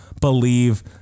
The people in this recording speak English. believe